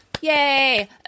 yay